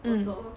also